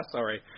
Sorry